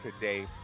today